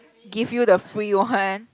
give you the free one